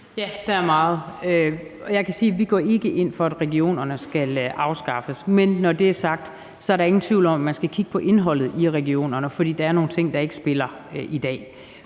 Ja, der er meget. Og jeg kan sige, at vi ikke går ind for, at regionerne skal afskaffes. Men når det er sagt, er der ingen tvivl om, at man skal kigge på indholdet i regionerne, for der er nogle ting, der ikke spiller i dag.